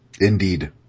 indeed